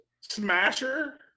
Smasher